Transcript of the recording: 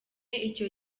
icyo